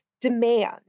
demand